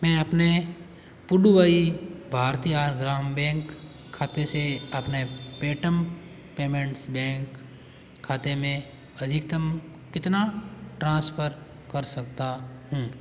मैं अपने पुडुवई भारतीय आर ग्राम बैंक खाते से अपने पेटम पेमेंट्स बैंक खाते में अधिकतम कितना ट्रांसफ़र कर सकता हूँ